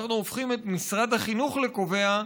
אנחנו הופכים את משרד החינוך לקובע,